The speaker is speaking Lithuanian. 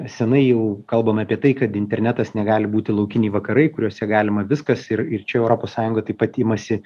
senai jau kalbam apie tai kad internetas negali būti laukiniai vakarai kuriuose galima viskas ir ir čia europos sąjunga taip pat imasi